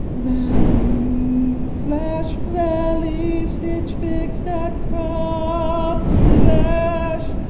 valley slash valley, stichfix dot com ah um slash